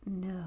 No